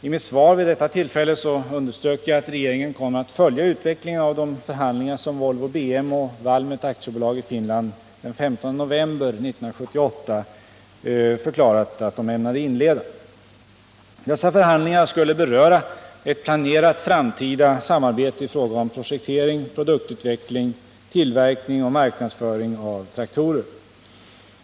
I mitt svar vid detta tillfälle underströk jag att regeringen kommer att följa utvecklingen av de förhandlingar som Volvo BM AB och Valmet AB i Finland den 15 november 1978 förklarat att de ämnade inleda. Dessa förhandlingar skulle beröra ett planerat framtida samarbete i fråga om projektering, produktutveckling, tillverkning och marknadsföring av traktorer.